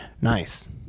Nice